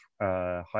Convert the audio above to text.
high